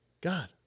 God